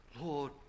Lord